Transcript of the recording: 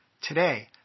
Today